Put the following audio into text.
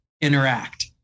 interact